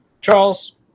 Charles